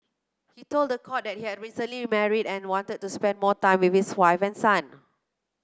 he told the court that he had recently married and wanted to spend more time with his wife and son